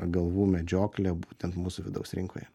galvų medžioklė būtent mūsų vidaus rinkoje